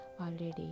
already